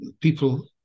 people